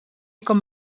com